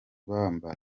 bambara